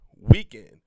weekend